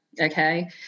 Okay